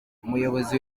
umuyobozi